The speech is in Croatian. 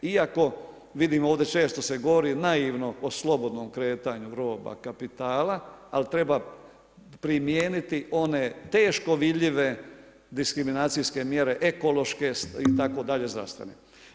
Iako, vidim ovdje često se govori naivno o slobodnom kretanju roba, kapitala, ali treba primijeniti one teško vidljivo diskriminacijske mjere, ekološke itd., zdravstvene.